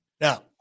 Now